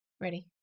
Ready